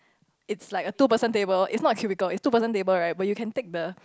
it's like a two person table it's not a cubicle it's two person table right but you can take the